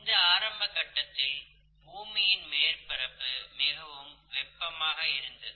இந்த ஆரம்ப கட்டத்தில் பூமியின் மேற்பரப்பு மிகவும் வெப்பமாக இருந்தது